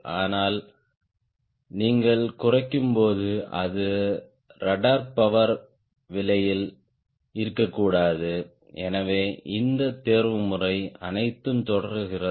ஆனால் நீங்கள் குறைக்கும்போது அது ரட்ட்ர் பவர் விலையில் இருக்கக்கூடாது எனவே இந்த தேர்வுமுறை அனைத்தும் தொடர்கிறது